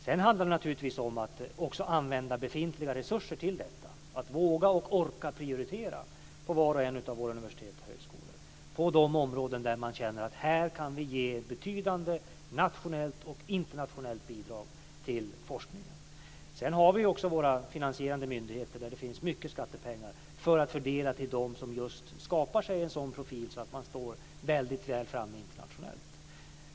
Sedan handlar det naturligtvis om att också använda befintliga resurser till detta och att våga och orka prioritera på våra universitet och högskolor på de områden där man känner att man kan ge ett betydande nationellt och internationellt bidrag till forskningen. Sedan har vi ju också våra finansierande myndigheter där det finns mycket skattepengar att fördela till dem som just skapar sig en sådan profil att man står väldigt väl framme internationellt.